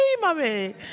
mummy